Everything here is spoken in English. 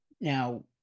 now